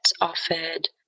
offered